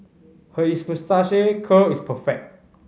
her is moustache curl is perfect